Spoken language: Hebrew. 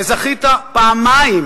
וזכית פעמיים